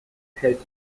hält